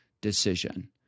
decision